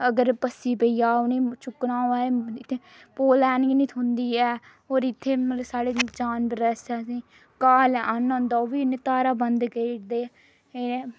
अगर पस्सी पेई जा उ'नेंगी चुक्कना होऐ मतलब इत्थै पोलेन गै नी थ्होंदी ऐ और इत्थै मतलब साढ़े जानवर असेंगी घा आह्नना होंदा ओह् बी असेंगी धारा बंद करी उड़दे ते